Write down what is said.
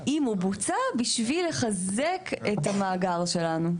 אם הוא בוצע, בשביל לחזק את המאגר שלנו.